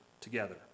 together